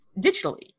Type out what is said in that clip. digitally